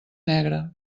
negre